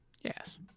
Yes